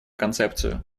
концепцию